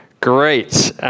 Great